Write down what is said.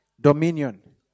Dominion